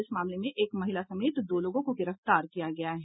इस मामले में एक महिला समेत दो लोंगों को गिरफ्तार किया गया है